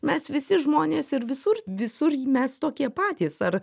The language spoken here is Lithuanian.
mes visi žmonės ir visur visur mes tokie patys ar